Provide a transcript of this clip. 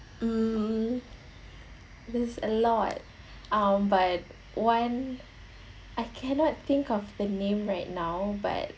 mm there's a lot um but one I cannot think of the name right now but